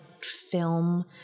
film